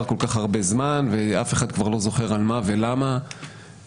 כל-כך הרבה זמן ואף אחד כבר לא זוכר על מה ולמה וכולי,